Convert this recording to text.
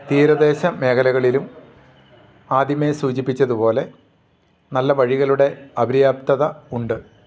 തീരദേശ മേഖലകളിലും ആദ്യമെ സൂചിപ്പിച്ചതു പോലെ നല്ല വഴികളുടെ അപര്യാപ്തത ഉണ്ട്